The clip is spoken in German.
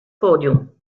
podium